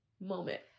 moment